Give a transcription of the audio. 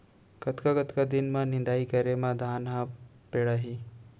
कतका कतका दिन म निदाई करे म धान ह पेड़ाही?